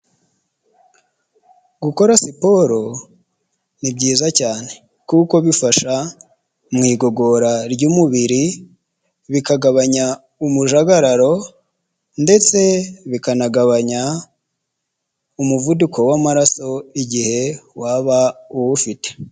Gukora siporo ni byiza cyane kuko bifasha mu igogora ry'umubiri bikagabanya umujagararo ndetse bikanagabanya umuvuduko w'amaraso igihe waba uwufite.